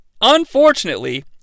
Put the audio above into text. unfortunately